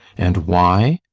and why?